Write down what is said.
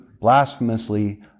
blasphemously